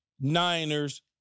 Niners